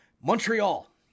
Montreal